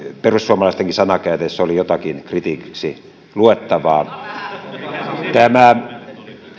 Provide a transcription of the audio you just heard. perussuomalaistenkin sanakäänteissä oli jotakin kritiikiksi luettavaa